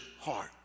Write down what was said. heart